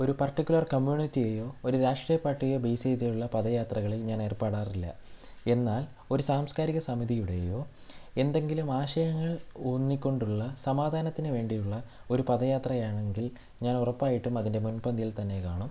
ഒരു പാർട്ടിക്കുലർ കമ്മ്യൂണിറ്റിയെയോ ഒരു രാഷ്ട്രീയ പാർട്ടിയെയോ ബേയ്സ് ചെയ്തുള്ള പദയാത്രകളിൽ ഞാൻ ഏർപ്പെടാറില്ല എന്നാൽ ഒരു സാംസ്കാരിക സമിതിയുടെയോ എന്തെങ്കിലും ആശയങ്ങൾ ഊന്നിക്കൊണ്ടുള്ള സമാധാനത്തിന് വേണ്ടിയുള്ള ഒരു പദയാത്രയാണെങ്കിൽ ഞാൻ ഉറപ്പായിട്ടും അതിൻ്റെ മുൻപന്തിയിൽ തന്നെ കാണും